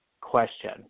question